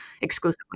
exclusively